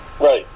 right